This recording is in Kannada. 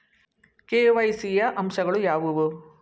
ಕೆ.ವೈ.ಸಿ ಯ ಅಂಶಗಳು ಯಾವುವು?